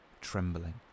trembling